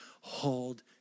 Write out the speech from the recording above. hold